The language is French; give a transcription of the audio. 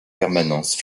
permanence